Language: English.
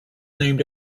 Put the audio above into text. named